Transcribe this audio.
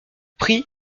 prie